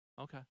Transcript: okay